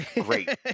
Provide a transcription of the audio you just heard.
Great